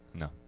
No